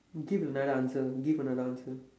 give another answer give another answer